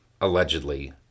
allegedly